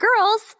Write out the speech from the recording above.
girls